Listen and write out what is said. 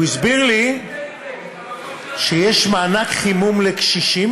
והוא הסביר לי שיש מענק חימום לקשישים